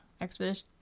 Expedition